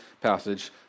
passage